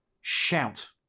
shout